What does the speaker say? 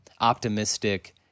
optimistic